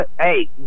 hey